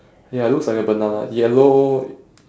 ya looks like a banana yellow